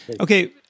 Okay